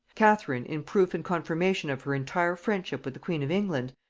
catherine, in proof and confirmation of her entire friendship with the queen of england,